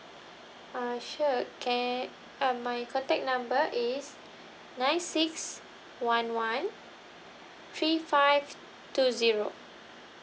alright sure ca~ uh my contact number is nine six one one three five two zero